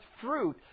fruit